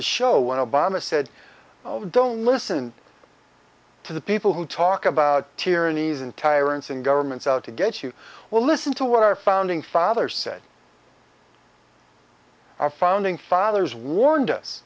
the show when obama said don't listen to the people who talk about tyrannies and tyrants and governments out to get you well listen to what our founding fathers said our founding fathers warned us